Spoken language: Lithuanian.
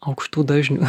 aukštų dažnių